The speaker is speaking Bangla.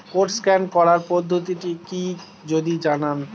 কোড স্ক্যান করার পদ্ধতিটি কি যদি জানান?